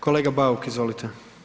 Kolega Bauk, izvolite.